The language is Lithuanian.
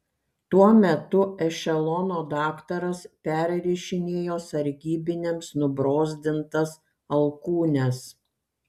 tuo metu ešelono daktaras perrišinėjo sargybiniams nubrozdintas alkūnes